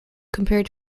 compared